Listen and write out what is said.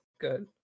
good